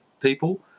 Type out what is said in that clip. people